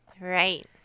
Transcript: Right